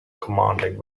commanding